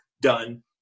Done